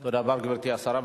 תודה רבה, גברתי השרה.